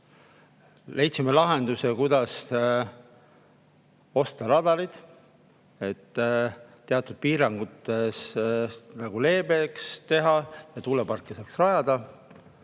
Leidsime lahenduse, kuidas osta radarid, et teatud piiranguid leebemaks teha ja tuuleparke saaks rajada.